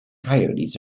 coyotes